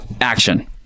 action